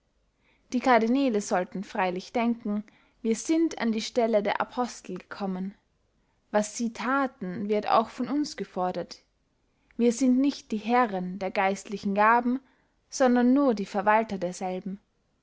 die cardinäle sollten freylich denken wir sind an die stelle der apostel gekommen was sie thaten wird auch von uns gefordert wir sind nicht die herren der geistlichen gaben sondern nur die verwalter derselben